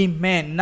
Amen